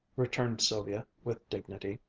returned sylvia with dignity,